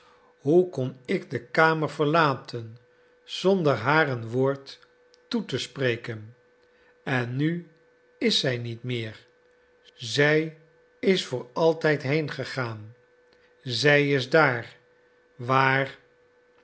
hoe kon ik de kamer verlaten zonder haar een woord toe te spreken en nu is zij niet meer zij is voor altijd heengegaan zij is daar waar